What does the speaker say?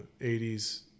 80s